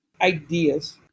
ideas